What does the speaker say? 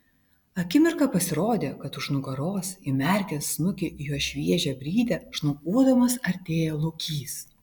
akimirką pasirodė kad už nugaros įmerkęs snukį į jos šviežią brydę šnopuodamas artėja lokys